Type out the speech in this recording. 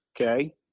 okay